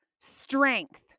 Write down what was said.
strength